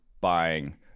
buying